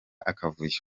akavuyo